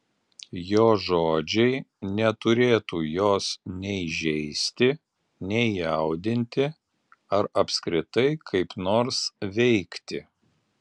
jo žodžiai neturėtų jos nei žeisti nei jaudinti ar apskritai kaip nors veikti